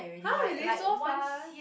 !huh! really so fast